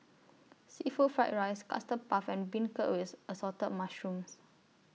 Seafood Fried Rice Custard Puff and Beancurd with Assorted Mushrooms